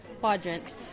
Quadrant